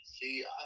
See